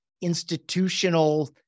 institutional